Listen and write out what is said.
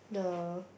the